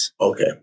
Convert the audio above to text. Okay